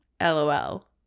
Lol